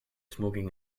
smoking